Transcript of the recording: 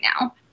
now